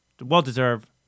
well-deserved